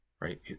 right